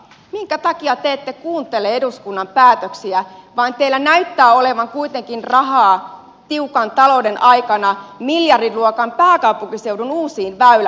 minkä takia te ette kuuntele eduskunnan päätöksiä vaan teillä näyttää olevan kuitenkin rahaa tiukan talouden aikana miljardiluokan pääkaupunkiseudun uusiin väylähankkeisiin